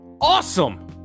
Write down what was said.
Awesome